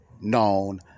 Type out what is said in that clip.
known